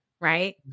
right